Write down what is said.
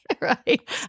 right